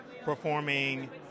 performing